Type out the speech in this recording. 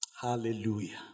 Hallelujah